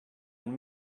and